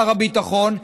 שר הביטחון,